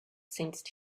sensed